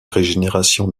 régénération